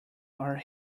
are